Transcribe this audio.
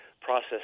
process